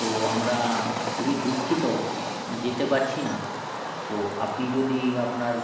তো আমরা খুবই দুঃখিত যেতে পারছি না তো আপনি যদি আপনার